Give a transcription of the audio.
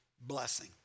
blessing